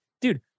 dude